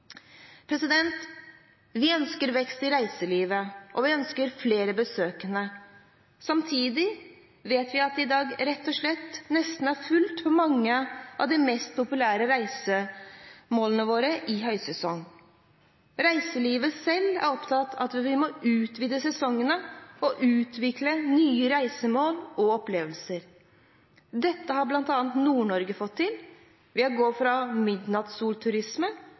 Vi ønsker vekst i reiselivet, og vi ønsker flere besøkende. Samtidig vet vi at det i dag rett og slett nesten er fullt på mange av de mest populære reisemålene våre i høysesongen. Reiselivet selv er opptatt av at vi må utvide sesongene og utvikle nye reisemål og opplevelser. Dette har bl.a. Nord-Norge fått til ved å gå fra